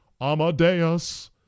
Amadeus